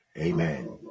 Amen